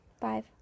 Five